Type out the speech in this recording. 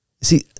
See